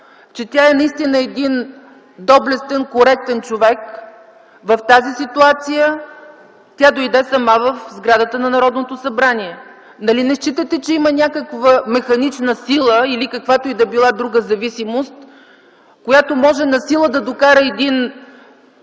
Тя наистина е доблестен, коректен човек. В тази ситуация тя дойде сама в сградата на Народното събрание. Нали не считате, че има някоя механична сила или каквато и да е друга зависимост, която насила може да докара един